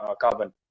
carbon